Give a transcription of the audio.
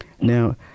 Now